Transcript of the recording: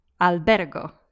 albergo